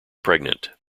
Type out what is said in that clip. pregnant